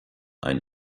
ein